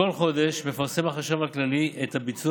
בכל חודש מפרסם החשב הכללי את הביצוע